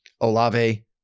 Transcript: Olave